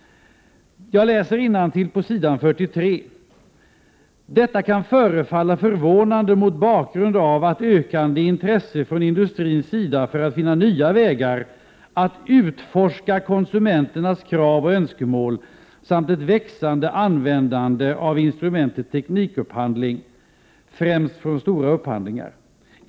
Jag läser innantill på s. 43: ”Detta kan förefalla förvånande mot bakgrund av ett ökande intresse från industrins sida för att finna nya vägar att utforska konsumenternas krav och önskemål samt ett växande användande av instrumentet teknikupphandling, främst från stora offentliga upphandlare.